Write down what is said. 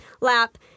lap